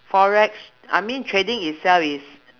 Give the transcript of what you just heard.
forex I mean trading itself is